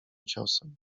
ciosem